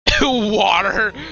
Water